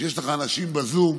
כשיש לך אנשים בזום,